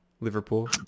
Liverpool